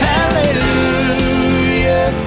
Hallelujah